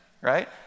Right